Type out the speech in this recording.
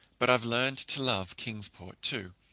but i've learned to love kingsport, too,